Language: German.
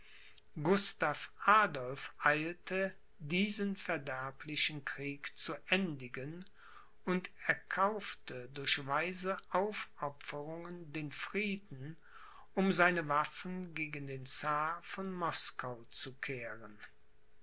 gustav adolph eilte diesen verderblichen krieg zu endigen und erkaufte durch weise aufopferungen den frieden um seine waffen gegen den czar von moskau zu kehren